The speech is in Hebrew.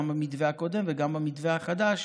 גם במתווה הקודם וגם במתווה החדש,